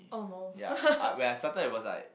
ya I when I started it was like